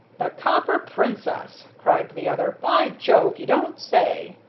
the copper princess! cried the other. by jove! you don't say